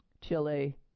Chile